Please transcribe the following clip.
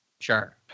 Sure